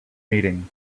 meeting